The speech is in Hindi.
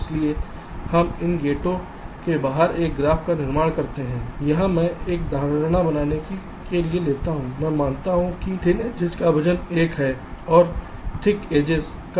इसलिए हम इन गेटों से बाहर एक ग्राफ का निर्माण करते हैं अच्छी तरह से यहाँ मैं एक धारणा बनाने के लिए लेता हूं मैं मानता हूं कि थिन एड्जेस का वजन 1 है और थिक एड्जेस का वजन 05 है